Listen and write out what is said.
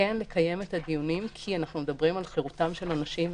כן לקיים את הדיונים כי אנחנו מדברים על חירותם של אנשים.